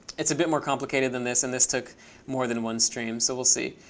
it's a bit more complicated than this. and this took more than one stream. so we'll see.